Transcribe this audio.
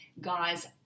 guys